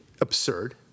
Absurd